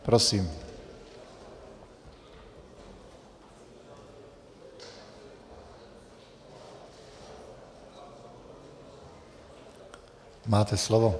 Prosím, máte slovo.